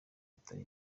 atari